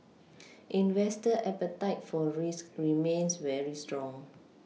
investor appetite for risk remains very strong